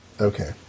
Okay